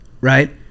Right